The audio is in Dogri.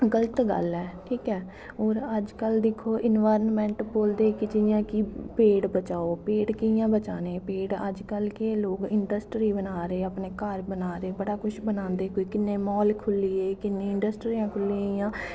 गल्त गल्ल ऐ ठीक ऐ और अज्ज कल दिक्खो इंनवाईरनांमैंट बोलदे कि पेड़ बचाओ पेड़ कियां बचानें अज्ज कल लोग इंडस्ट्री बना दे ऐ अपनें घर बना दे बड़ा कुछ बनांदे कोई किन्ने मॉल खु'ल्लिये किन्नियां इंडस्ट्रियां खु'ल्ली गेइयां